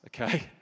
okay